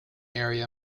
area